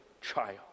child